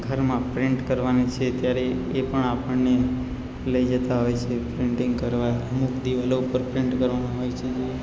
ઘરમાં પ્રિન્ટ કરવાની છે ત્યારે એ પણ આપણને લઈ જતા હોય છે પ્રિન્ટિંગ કરવા અમુક દીવાલો પર પ્રિન્ટ કરવાનું હોય છે જે